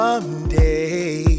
Someday